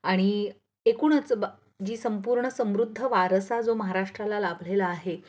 आणि एकूणच ब जी संपूर्ण समृद्ध वारसा जो महाराष्ट्राला लाभलेला आहे